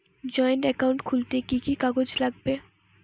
Joint account খুলতে কি কি কাগজ লাগবে?